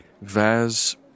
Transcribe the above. Vaz